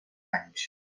anys